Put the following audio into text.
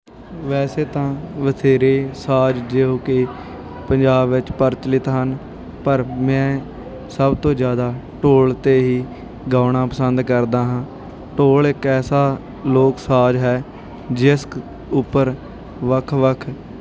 ਵੈਸੇ ਤਾਂ ਬਥੇਰੇ ਸਾਜ਼ ਜੋ ਕਿ ਪੰਜਾਬ ਵਿੱਚ ਪ੍ਰਚੱਲਿਤ ਹਨ ਪਰ ਮੈਂ ਸਭ ਤੋਂ ਜ਼ਿਆਦਾ ਢੋਲ 'ਤੇ ਹੀ ਗਾਉਣਾ ਪਸੰਦ ਕਰਦਾ ਹਾਂ ਢੋਲ ਇੱਕ ਐਸਾ ਲੋਕ ਸਾਜ਼ ਹੈ ਜਿਸ ਉੱਪਰ ਵੱਖ ਵੱਖ